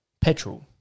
Petrol